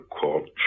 called